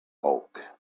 bulk